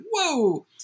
whoa